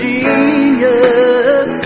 Genius